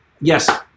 yes